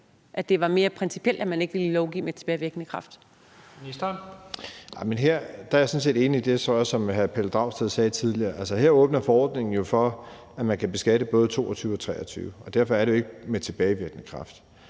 Ministeren. Kl. 14:25 Skatteministeren (Jeppe Bruus): Her er jeg sådan set enig i det, som hr. Pelle Dragsted sagde tidligere. Altså, her åbner forordningen jo for, at man kan beskatte både 2022 og 2023, og derfor er det jo ikke med tilbagevirkende kraft.